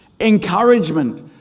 encouragement